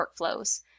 workflows